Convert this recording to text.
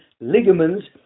ligaments